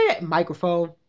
Microphone